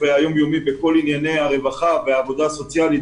והיום-יומי בכל ענייני הרווחה והעבודה הסוציאלית